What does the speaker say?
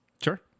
Sure